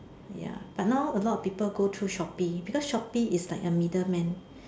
ya but now a lot of people go through Shopee because Shopee is like a middle man